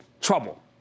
trouble